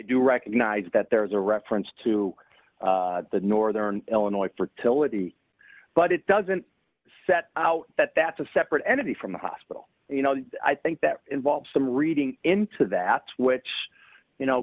do recognize that there is a reference to the northern illinois fertility but it doesn't set out that that's a separate entity from the hospital i think that involves some reading into that which you know